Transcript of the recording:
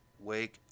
Wake